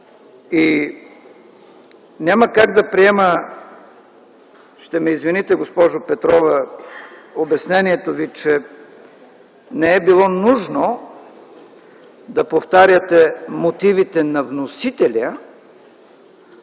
Няма как да приема - ще ме извините, госпожо Петрова – обяснението Ви, че не е било нужно да повтаряте мотивите на вносителя,